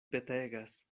petegas